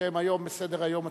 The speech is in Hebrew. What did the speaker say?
שהם היום בסדר-היום הציבורי.